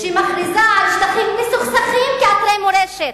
שהיא מכריזה על שטחים מסוכסכים כאתרי מורשת,